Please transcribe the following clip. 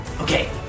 okay